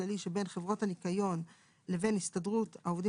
כללי שבין חברות הניקיון בישראל לבין הסתדרות העובדים